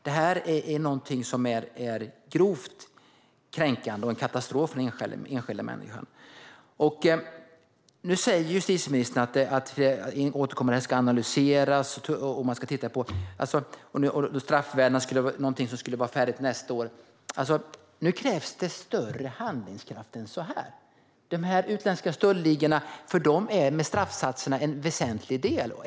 Det här är grovt kränkande och en katastrof för den enskilda människan. Nu säger justitieministern att detta återkommande ska analyseras och att man ska titta på straffvärdena. Det är någonting som ska vara färdigt nästa år. Men nu krävs det större handlingskraft än så här. För de utländska stöldligorna är straffsatserna en väsentlig del.